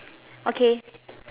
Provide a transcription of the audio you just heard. okay